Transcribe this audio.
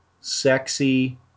sexy